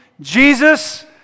Jesus